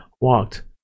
walked